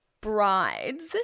brides